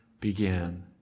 began